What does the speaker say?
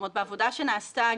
בעבודה שנעשתה,